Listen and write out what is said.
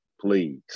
please